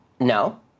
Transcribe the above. No